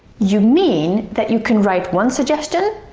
you mean that you can write one suggestion,